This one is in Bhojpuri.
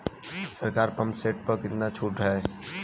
सरकारी पंप सेट प कितना छूट हैं?